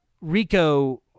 Rico